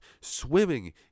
swimming